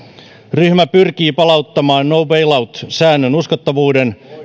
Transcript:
ryhmä pyrkii palauttamaan no bail out säännön uskottavuuden